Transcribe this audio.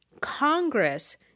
Congress